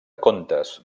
contes